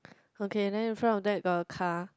okay then in front of that got a car